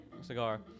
cigar